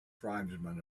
tribesmen